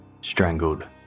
strangled